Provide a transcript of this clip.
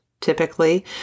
typically